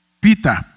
Peter